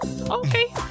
Okay